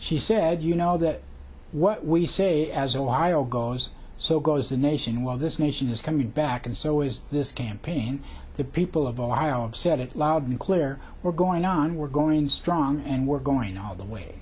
she said you know that what we say as a while goes so goes the nation well this nation is coming back and so is this campaign the people of ohio said it loud and clear we're going on we're going strong and we're going all the way